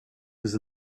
was